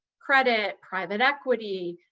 credit, private equity,